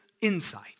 insight